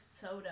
soda